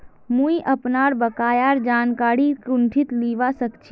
मुई अपनार बकायार जानकारी कुंठित लिबा सखछी